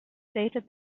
stated